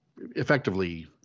effectively